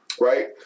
right